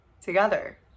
together